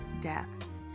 deaths